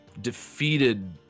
defeated